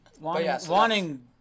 Wanting